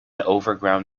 overground